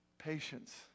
Patience